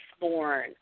born